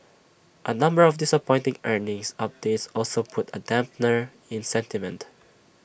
A number of disappointing earnings updates also put A dampener in sentiment